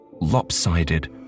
lopsided